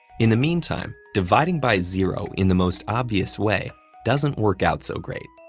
in the meantime, dividing by zero in the most obvious way doesn't work out so great.